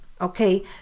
okay